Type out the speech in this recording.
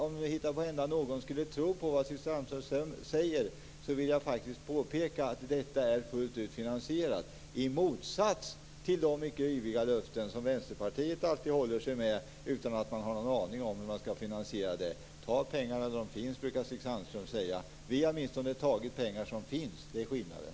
Om någon enda skulle tro på vad Stig Sandström säger vill jag faktiskt påpeka att detta är fullt ut finansierat, i motsats till de mycket yviga löften som Vänsterpartiet alltid håller sig med utan att ha någon aning om hur man skall finansiera dem. Ta pengarna där de finns, brukar Stig Sandström säga. Vi har åtminstone tagit pengar som finns. Det är skillnaden.